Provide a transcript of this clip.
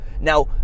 Now